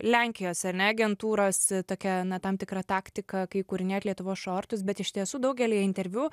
lenkijos ar ne agentūros tokia na tam tikra taktika kai įkūrinėjot lietuvos šortus bet iš tiesų daugelyje interviu